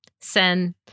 Sen